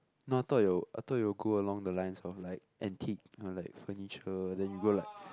no I thought you'll I thought you'll go along the lines of like antique uh like furniture then you go like